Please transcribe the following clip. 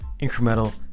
incremental